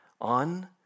on